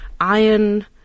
iron